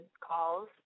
calls